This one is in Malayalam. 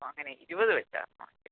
ഓ അങ്ങനെ ഇരുപത് വെച്ചാണോ ഓക്കെ